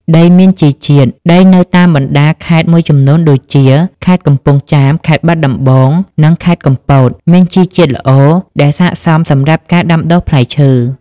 ដីមានជីជាតិ ដីនៅតាមបណ្តាខេត្តមួយចំនួនដូចជា ខេត្តកំពង់ចាម ខេត្តបាត់ដំបង និងខេត្តកំពត មានជីជាតិល្អ ដែលស័ក្តិសមសម្រាប់ការដាំដុះផ្លែឈើ។